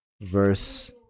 verse